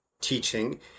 teaching